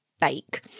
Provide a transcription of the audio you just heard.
bake